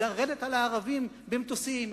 לרדת על הערבים במטוסים.